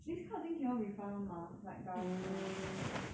this kind of thing cannot refund [one] mah like government [one]